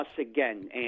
again